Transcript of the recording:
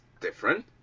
different